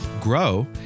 grow